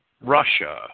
Russia